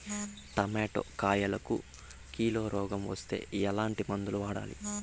Tomato కాయలకు కిలో రోగం వస్తే ఎట్లాంటి మందులు వాడాలి?